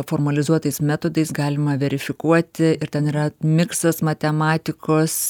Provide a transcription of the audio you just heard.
formalizuotais metodais galima verifikuoti ir ten yra miksas matematikos